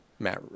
matt